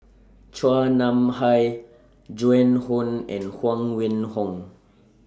Chua Nam Hai Joan Hon and Huang Wenhong